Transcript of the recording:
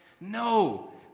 No